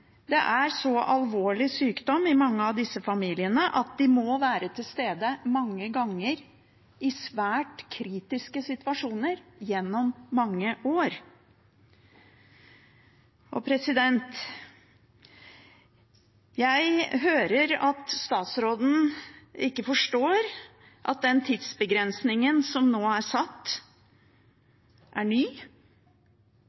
Det er så alvorlig sykdom i mange av disse familiene at de må være til stede – mange ganger i svært kritiske situasjoner – gjennom mange år. Jeg hører at statsråden ikke forstår at den tidsbegrensningen som nå er satt,